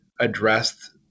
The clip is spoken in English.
addressed